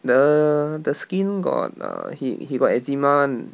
the the skin got uh he he got eczema [one]